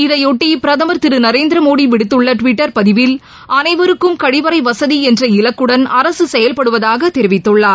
இதையொட்டி பிரதமர் திரு நரேந்திர மோடி விடுத்துள்ள டுவிட்டர் பதிவில் அனைவருக்கும் கழிவறை வசதி என்ற இலக்குடன் அரசு செயல்படுவதாக தெரிவித்துள்ளார்